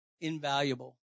Invaluable